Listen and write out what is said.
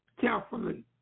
carefully